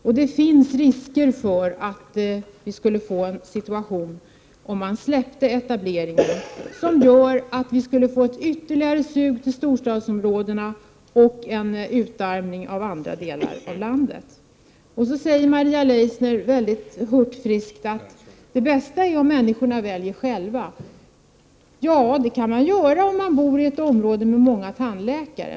Om vi släppte etableringen fri finns det risk för att vi skulle få ett ytterligare sug mot storstadsområdena och en utarmning av andra delar av landet. Maria Leissner säger hurtfriskt att det bästa är om människorna väljer själva. Ja, det kan man göra om man bor i ett område med många tandläkare.